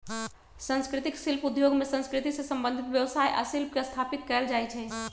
संस्कृतिक शिल्प उद्योग में संस्कृति से संबंधित व्यवसाय आ शिल्प के स्थापित कएल जाइ छइ